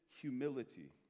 humility